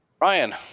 Ryan